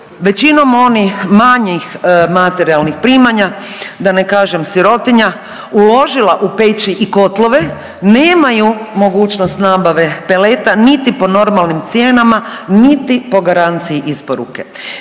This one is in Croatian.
većinom oni manjih materijalnih primanja, da ne kažem sirotinja uložila u peći i kotlove nemaju mogućnost nabave peleta niti po normalnim cijenama, niti po garanciji isporuke.